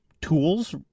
tools